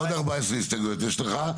עוד 14 הסתייגויות יש לך.